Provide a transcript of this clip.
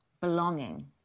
belonging